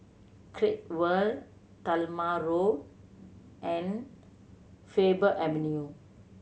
Great World Talma Road and Faber Avenue